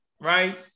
right